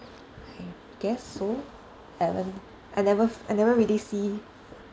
I guess so um I haven't I never really see